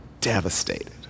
devastated